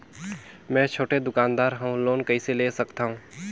मे छोटे दुकानदार हवं लोन कइसे ले सकथव?